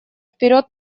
вперед